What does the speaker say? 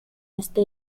este